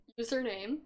username